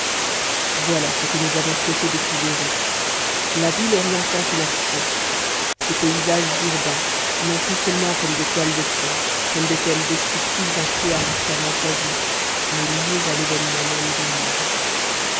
voilà ce que nous avons souhaité de suggérer la ville orientant une action ses paysages urbains non plus seulement comme des toiles de fond comme des thèmes descriptifs un peu arbitrairement choisis mais liés à l'événement même du livre